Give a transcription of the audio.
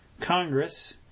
Congress